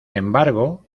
embargo